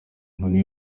inkoni